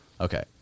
Okay